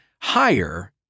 higher